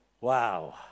Wow